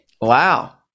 Wow